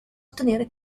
ottenere